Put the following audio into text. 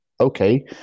okay